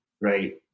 right